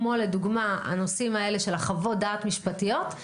כמו לדוגמה הנושאים האלה של חוות הדעת המשפטיות,